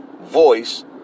voice